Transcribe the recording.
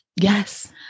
Yes